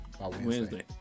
Wednesday